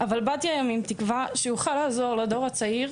באתי היום עם תקווה שאוכל לעזור לדור הצעיר,